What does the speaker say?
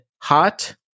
hot